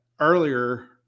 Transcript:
earlier